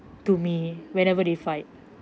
to me wherever they fight